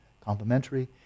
complementary